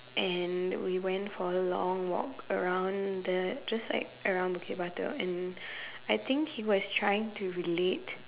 and we went for a long walk around the just like around Bukit-Batok and I think he was trying to relate